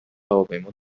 هواپیما